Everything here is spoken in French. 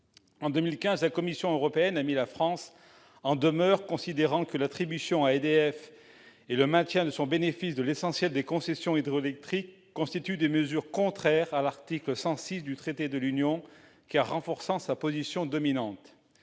En 2015, la Commission européenne a mis la France en demeure, considérant que l'attribution à EDF et le maintien à son bénéfice de l'essentiel des concessions hydroélectriques constituaient des mesures contraires à l'article 106 du traité sur le fonctionnement de l'Union européenne,